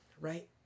right